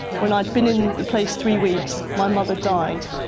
when i'd been in the place three weeks, my mother died.